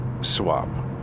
swap